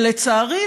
לצערי,